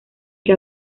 que